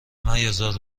میازار